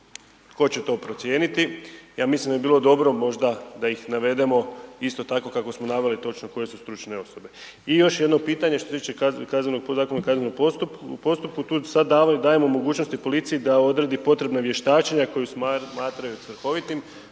Tko će to procijeniti? Ja mislim da bi bilo dobro možda da ih navedeno, isto tako kako smo naveli točno koje su stručne osobe. I još jedno pitanje što se tiče Zakona o kaznenom postupku, tu sad dajemo mogućnosti policiji da odredi potrebna vještačenja koju smatraju svrhovitim.